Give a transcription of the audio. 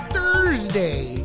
Thursday